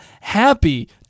happy